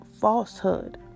falsehood